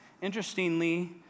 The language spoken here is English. interestingly